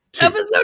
episode